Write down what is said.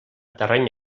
terreny